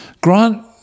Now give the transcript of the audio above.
Grant